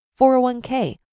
401k